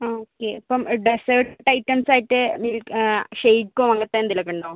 okay ഇപ്പം dessert items ആയിട്ട് milk ഷേക്കോ അങ്ങനത്തെ എന്തേലുമൊക്കെ ഉണ്ടോ